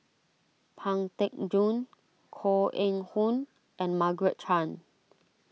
Pang Teck Joon Koh Eng Hoon and Margaret Chan